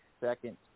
second